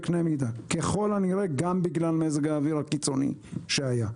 ככל הנראה גם בגלל מזג האוויר הקיצוני שהיה.